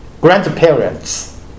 grandparents